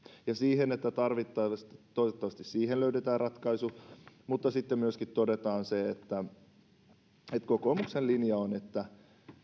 ja siitä että toivottavasti löydetään ratkaisu mutta sitten myöskin todetaan se että kokoomuksen linja on että